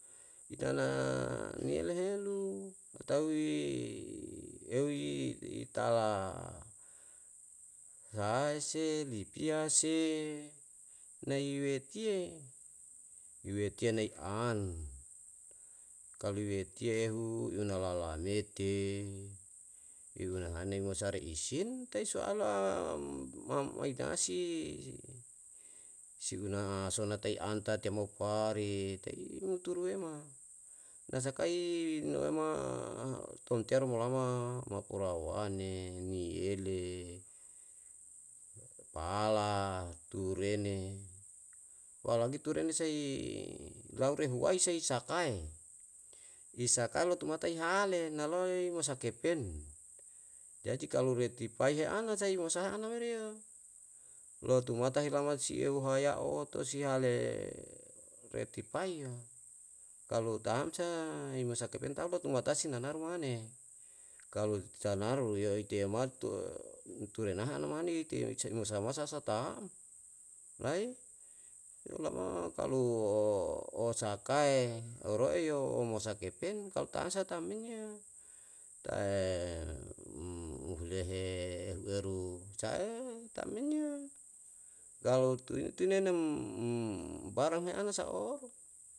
itana niele helu atau i eu i tala sahae se, lipia se, nai wetiye. Iwetiye nai an kalu wetiye ehu una lalanete, ihunahane mosa riisintai soala ma mainasi siuna sona tai an ta tiyae mo pari te'iyo turuema, nasakai nuwema tonteru mo lama mau purawane, niele, pala, turene, apalagi turene sei lau rehuwai sei sakae, isakae lotomata ihale na loe mosa kepen. Jadi kalo retipai heana saimo sahe ana meriyo, lotumata hilama sieu haya oto si hale retipai yo, kalu tamsa hemasa kepen tau batumatasi nanaru mane. Kalu itanaru yo iteyamatu umtulaha ana mane ite yo samoimasa sa tam, lai? Yolama kalu osakae, oro'e yo omosa kepen kalu tamsa tam men yo. Tae um muhlehe ehueru sa'e? Tam men yo, kalu tui tunenem um barang heana sa'o